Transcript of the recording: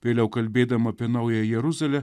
vėliau kalbėdama apie naująją jeruzalę